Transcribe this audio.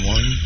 One